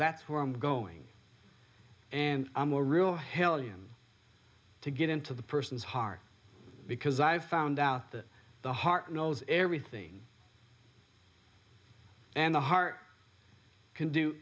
that's where i'm going and i'm a real hellion to get into the person's heart because i've found out that the heart knows everything and the heart can do